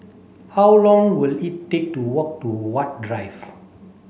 how long will it take to walk to Huat Drive